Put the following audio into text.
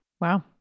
Wow